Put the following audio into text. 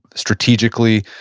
strategically,